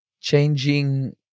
changing